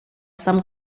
some